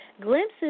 Glimpses